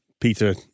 Peter